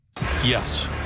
Yes